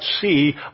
see